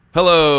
Hello